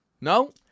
No